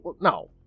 no